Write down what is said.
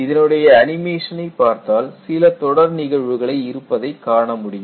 இதனுடைய அனிமேஷனை பார்த்தால் சில தொடர் நிகழ்வுகள் இருப்பதைக் காணமுடியும்